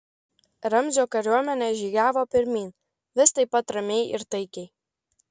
ramzio kariuomenė žygiavo pirmyn vis taip pat ramiai ir taikiai